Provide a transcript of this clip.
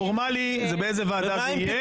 העניין הפורמלי הוא באיזה ועדה זה יהיה.